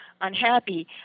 unhappy